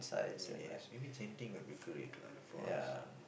yes maybe Genting will be great lah for us